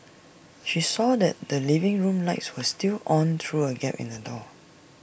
she saw that the living room lights were still on through A gap in the door